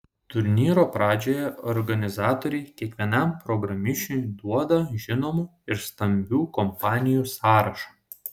turnyro pradžioje organizatoriai kiekvienam programišiui duoda žinomų ir stambių kompanijų sąrašą